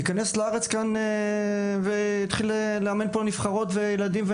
ייכנס לארץ ויתחיל לאמן פה נבחרות וילדים,